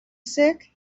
sick